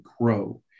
grow